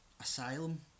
asylum